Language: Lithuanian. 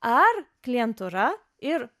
ar klientūra ir